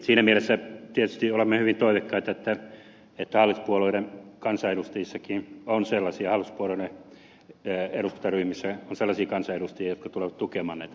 siinä mielessä tietysti olemme hyvin toiveikkaita että hallituspuolueiden eduskuntaryhmissä on sellaisia kansanedustajia jotka tulevat tukemaan näitä meidän ehdotuksiamme